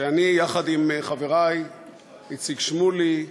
שאני וחברי איציק שמולי,